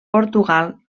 portugal